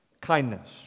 kindness